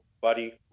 buddy